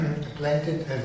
planted